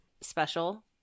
special